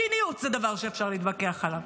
מדיניות זה דבר שאפשר להתווכח עליו.